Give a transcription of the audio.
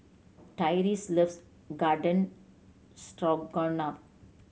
Tyreese loves Garden Stroganoff